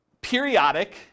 periodic